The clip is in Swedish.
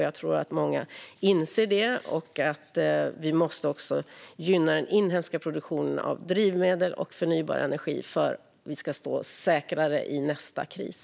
Jag tror att många inser det och att vi måste gynna den inhemska produktionen av drivmedel och förnybar energi för att vi ska stå säkrare i nästa kris.